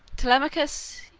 telemachus,